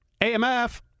AMF